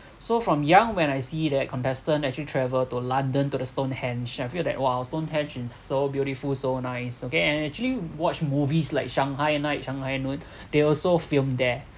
so from young when I see that contestant actually travel to london to the stonehenge I feel that !wow! stonehenge is so beautiful so nice okay and actually watch movies like shanghai night shanghai noon they also filmed there